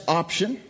option